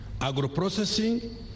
agro-processing